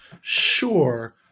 Sure